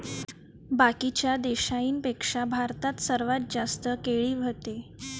बाकीच्या देशाइंपेक्षा भारतात सर्वात जास्त केळी व्हते